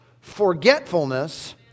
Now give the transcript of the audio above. forgetfulness